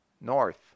North